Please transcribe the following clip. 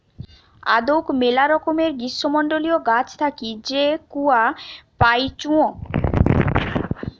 আদৌক মেলা রকমের গ্রীষ্মমন্ডলীয় গাছ থাকি যে কূয়া পাইচুঙ